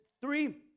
three